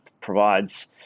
provides